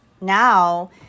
now